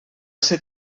ser